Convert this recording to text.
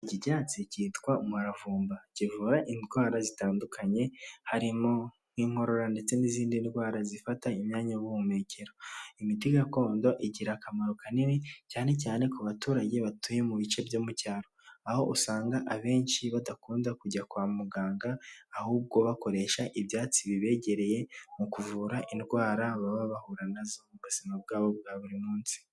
Iki cyatsi cyitwa marafumba kivura indwara zitandukanye, harimo nk'inkorora ndetse n'izindi ndwara zifata imyanya y'ubuhumekero. Imiti gakondo igira akamaro kanini cyane cyane ku baturage batuye mu bice byo mu cyaro. Aho usanga abenshi badakunda kujya kwa muganga ahubwo bakoresha ibyatsi bibegereye mu kuvura indwara baba bahura na zo buzima bwabo bwa buri munsi.